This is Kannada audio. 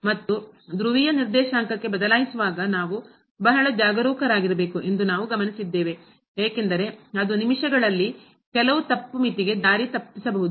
ಮತ್ತು ಧ್ರುವೀಯ ನಿರ್ದೇಶಾಂಕಕ್ಕೆ ಬದಲಾಯಿಸುವಾಗ ನಾವು ಬಹಳ ಜಾಗರೂಕರಾಗಿರಬೇಕು ಎಂದು ನಾವು ಗಮನಿಸಿದ್ದೇವೆ ಏಕೆಂದರೆ ಅದು ನಿಮಿಷಗಳಲ್ಲಿ ಕೆಲವು ತಪ್ಪು ಮಿತಿಗೆ ದಾರಿ ತಪ್ಪಿಸಬಹುದು